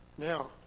Now